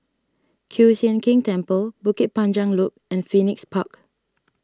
Kiew Sian King Temple Bukit Panjang Loop and Phoenix Park